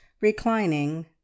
reclining